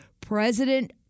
President